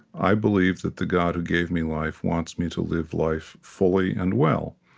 i believe that the god who gave me life wants me to live life fully and well.